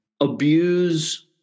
abuse